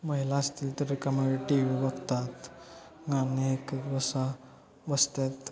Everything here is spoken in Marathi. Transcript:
महिला असतील तर रिकामा टी व्ही बघतात गाणे ऐकत बसा बसतात